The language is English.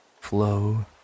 flow